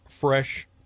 Fresh